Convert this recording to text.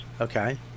Okay